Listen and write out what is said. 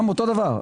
אותו דבר,